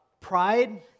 pride